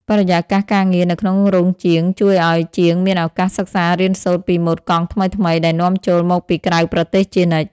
បរិយាកាសការងារនៅក្នុងរោងជាងជួយឱ្យជាងមានឱកាសសិក្សារៀនសូត្រពីម៉ូដកង់ថ្មីៗដែលនាំចូលមកពីក្រៅប្រទេសជានិច្ច។